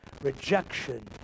rejection